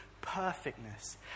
perfectness